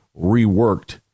reworked